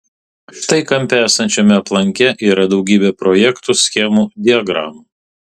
štai kampe esančiame aplanke yra daugybė projektų schemų diagramų